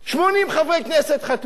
80 חברי כנסת חתמו,